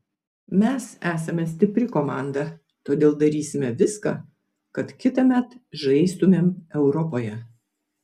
mes esame stipri komanda todėl darysime viską kad kitąmet žaistumėm europoje